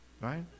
Right